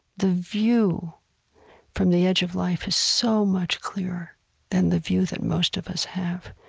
the view from the edge of life is so much clearer than the view that most of us have,